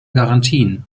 garantien